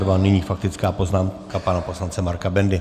Nyní faktická poznámka pana poslance Marka Bendy.